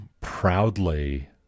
proudly